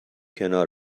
کنار